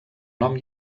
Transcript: nom